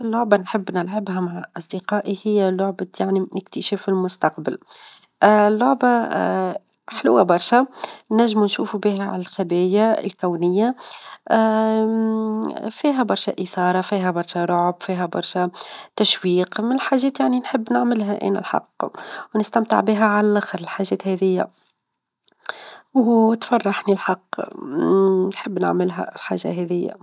أكثر لعبة نحب نلعبها مع أصدقائي هي لعبة يعني اكتشاف المستقبل اللعبة حلوة برشا، ننجمو نشوفو بها على الخبايا الكونية فيها برشا إثارة، فيها برشا رعب، فيها برشا تشويق من الحاجات يعنى نحب نعملها أنا الحق، ونستمتع بها على اللخر الحاجات هاذيا، وتفرحني الحق نحب نعملها الحاجة هاذيا.